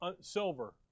silver